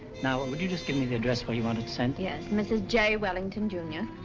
now and would you just give me the address where you want it sent? yes. mrs. j. wellington, junior,